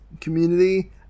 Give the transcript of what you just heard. community